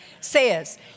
says